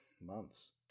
months